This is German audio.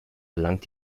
erlangt